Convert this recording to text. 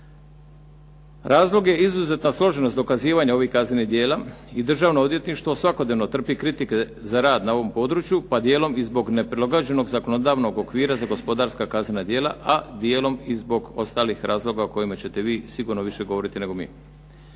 Razlog je izuzetna složenost dokazivanja ovih kaznenih djela i Državno odvjetništvo svakodnevno trpi kritike za rad na ovom području, pa dijelom i zbog neprilagođenog zakonodavnog okvira za gospodarska kaznena djela, a dijelom i zbog ostalih razloga o kojima ćete vi sigurno više govoriti nego mi.